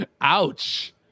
Ouch